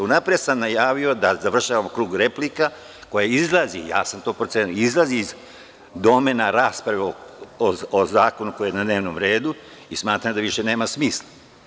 Unapred sam najavio da završavamo krug replika koje izlaze, ja sam to procenio, iz domena rasprave o zakonu koji je na dnevnom redu i smatram da to više nema smisla.